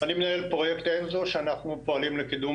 אני מנהל פרויקט NZO שאנחנו פועלים לקידום